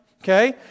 Okay